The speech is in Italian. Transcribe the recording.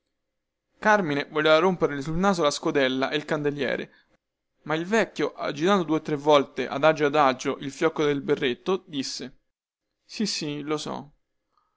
carmine voleva romperle sul muso la scodella e il candeliere ma il vecchio agitando due o tre volte adagio adagio il fiocco del berretto disse sì sì lo so